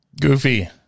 Goofy